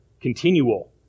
continual